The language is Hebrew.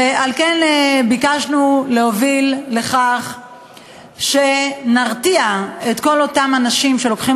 ועל כן ביקשנו להוביל לכך שנרתיע את כל אלה שלוקחים